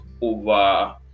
over